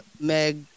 Meg